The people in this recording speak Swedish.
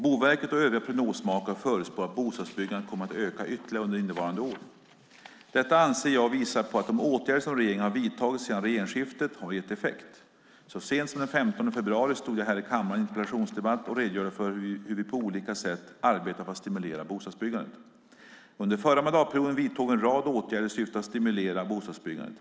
Boverket och övriga prognosmakare förutspår att bostadsbyggandet kommer att öka ytterligare under innevarande år. Detta anser jag visar på att de åtgärder som regeringen har vidtagit sedan regeringsskiftet har gett effekt. Så sent som den 15 februari stod jag här i kammaren i en interpellationsdebatt och redogjorde för hur vi på olika sätt arbetar för att stimulera bostadsbyggandet. Under förra mandatperioden vidtog vi en rad åtgärder i syfte att stimulera bostadsbyggandet.